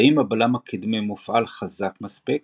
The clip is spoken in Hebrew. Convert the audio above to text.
ואם הבלם הקדמי מופעל חזק מספיק,